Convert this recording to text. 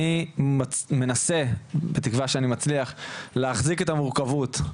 אני מנסה, בתקווה שאני מצליח, להחזיק את המורכבות.